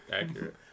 accurate